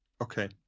Okay